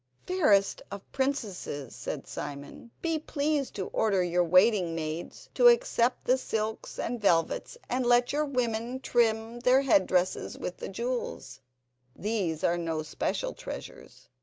fairest of princesses said simon. be pleased to order your waiting-maids to accept the silks and velvets, and let your women trim their head-dresses with the jewels these are no special treasures.